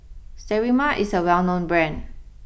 Sterimar is a well known Brand